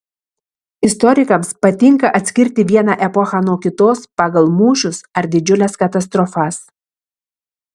istorikams patinka atskirti vieną epochą nuo kitos pagal mūšius ar didžiules katastrofas